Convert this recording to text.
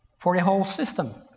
for your whole system.